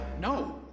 no